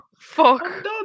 Fuck